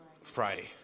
Friday